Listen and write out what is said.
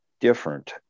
different